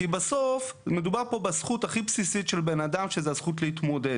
כי בסוף מדובר פה בזכות הכי בסיסית של בן אדם שזו הזכות להתמודד.